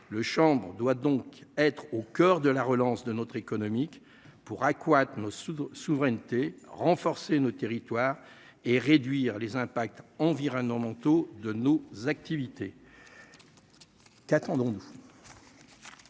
le chambre doit donc être au coeur de la relance de notre économique pour accroître nos sous souveraineté renforcer nos territoires et réduire les impacts environnement manteau de nos activités. Qu'attendons.